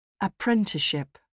Apprenticeship